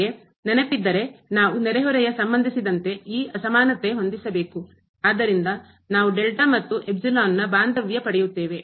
ನಿಮಗೆ ನೆನಪಿದ್ದರೆ ನಾವು ನೆರೆಹೊರೆಯ ಸಂಬಂಧಿಸಿದಂತೆ ಈ ಅಸಮಾನತೆ ಹೊಂದಿಸ ಬೇಕು ಆದ್ದರಿಂದ ನಾವು ಮತ್ತು ನ ಬಾಂಧವ್ಯ ಪಡೆಯುತ್ತೇವೆ